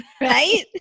Right